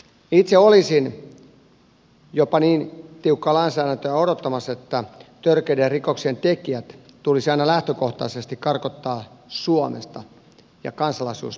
itse olisin jopa niin tiukkaa lainsäädäntöä odottamassa että törkeiden rikoksien tekijät tulisi aina lähtökohtaisesti karkottaa suomesta ja heidän kansalaisuutensa poistaa